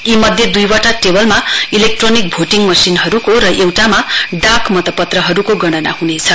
यीमध्ये दुईवटा टेवलमा इलेक्ट्रोनिक भोटिङ मशिनहरूको र एउटामा डाक मतपत्रहरूको गणना हुनेछ